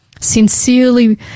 Sincerely